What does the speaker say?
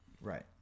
Right